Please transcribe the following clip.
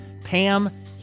Pam